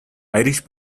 irish